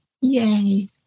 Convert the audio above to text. Yay